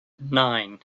nine